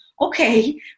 okay